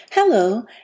Hello